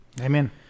Amen